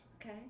Okay